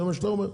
זה מה שאתה אומר?